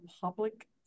public